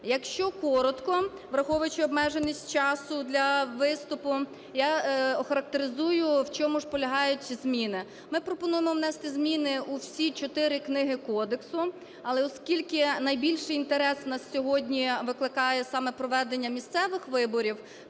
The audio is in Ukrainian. Якщо коротко, враховуючи обмеженість часу для виступу, я охарактеризую, в чому ж полягають ці зміни. Ми пропонуємо внести зміни у всі 4 книги кодексу, але оскільки найбільший інтерес у нас сьогодні викликає саме проведення місцевих виборів,